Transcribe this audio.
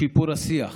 לשיפור השיח,